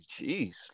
jeez